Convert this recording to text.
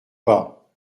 pas